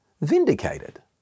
vindicated